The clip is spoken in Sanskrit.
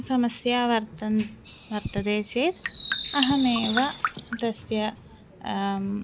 समस्या वर्तन्ते वर्तते चेत् अहमेव तस्य